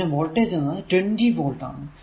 പിന്നെ വോൾടേജ് എന്നത് 20 വോൾട് ആണ്